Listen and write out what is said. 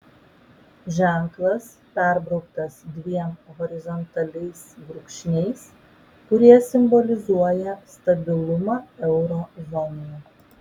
ženklas perbrauktas dviem horizontaliais brūkšniais kurie simbolizuoja stabilumą euro zonoje